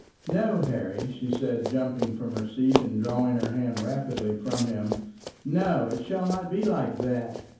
no, harry, she said, jumping from her seat and drawing her hand rapidly from him no it shall not be like that.